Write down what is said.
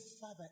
father